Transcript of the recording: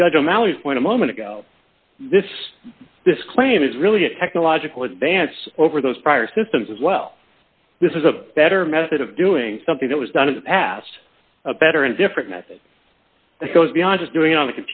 to judge o'malley's point a moment ago this this claim is really a technological advance over those prior systems as well this is a better method of doing something that was done in the past a better and different method that goes beyond just doing it on